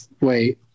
wait